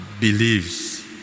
Believes